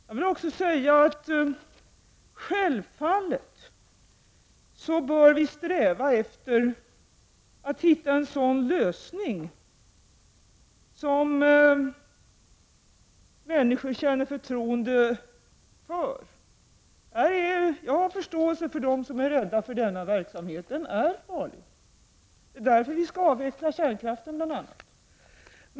Jag vill också säga att vi självfallet bör sträva efter att hitta en sådan lösning som människor känner förtroende för. Jag har förståelse för dem som är rädda för denna verksamhet. Den är farlig. Det är bl.a. därför vi skall avveckla kärnkraften.